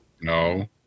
No